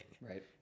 Right